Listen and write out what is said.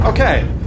Okay